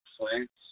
plants